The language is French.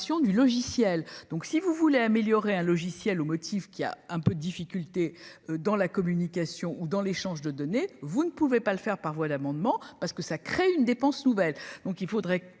du logiciel, donc si vous voulez améliorer un logiciel au motif qu'il a un peu de difficultés dans la communication ou dans l'échange de données, vous ne pouvez pas le faire par voie d'amendement parce que ça crée une dépense nouvelle, donc il faudrait